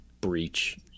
breach